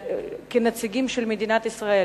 כנציגים של מדינת ישראל,